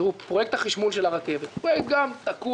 פרויקט החשמול של הרכבת תקוע,